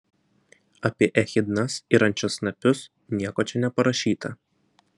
apie echidnas ir ančiasnapius nieko čia neparašyta